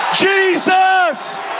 Jesus